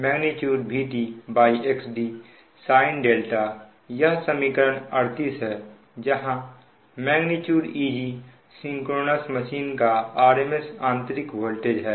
xd sin यह समीकरण 38 है जहां Eg सिंक्रोनस मशीन का rms आंतरिक वोल्टेज है